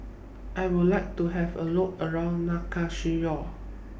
I Would like to Have A Look around Nouakchott